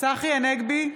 צחי הנגבי,